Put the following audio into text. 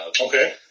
Okay